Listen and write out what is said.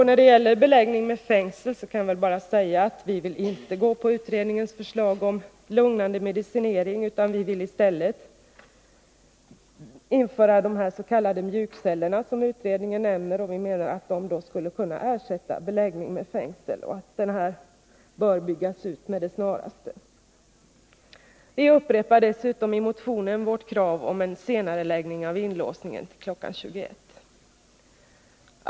När det gäller beläggning med fängsel vill vi inte gå på utredningens förslag om lugnande medicinering, utan vi vill i stället införa de s.k. mjukcellerna, som utredningen nämner. Vi menar att de skulle ersätta beläggning med fängsel och att de bör byggas med det snaraste. Vi upprepar dessutom i motionen vårt krav på en senareläggning av inlåsningen till kl. 21.00.